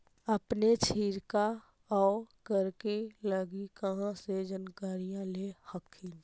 अपने छीरकाऔ करे लगी कहा से जानकारीया ले हखिन?